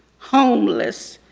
homeless.